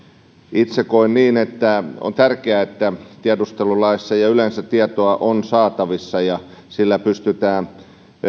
itse koen että on tärkeää että tiedustelussa ja yleensä tietoa on saatavissa sillä pystytään